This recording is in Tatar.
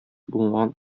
булмаган